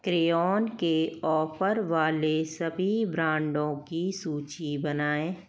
crayon के offer वाले सभी ब्रांडों की सूची बनाएँ